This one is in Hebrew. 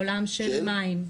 בעולם של מים,